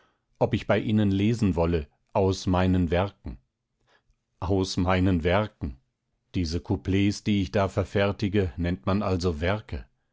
ob ich bei ihnen lesen wolle aus meinen werken aus meinen werken diese couplets die ich da verfertige nennt man also werke